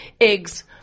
eggs